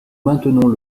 maintenons